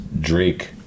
Drake